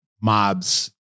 mobs-